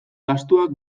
gastuak